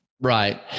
Right